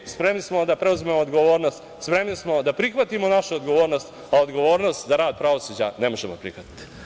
Spremni smo da preuzmemo odgovornost, spremni smo da prihvatimo našu odgovornost, a odgovornost za rad pravosuđa ne možemo prihvatiti.